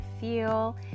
feel